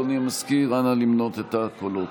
אדוני המזכיר, אנא למנות את הקולות.